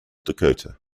dakota